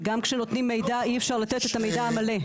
וגם כשנותנים מידע, אי אפשר לתת את המידע המלא.